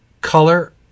color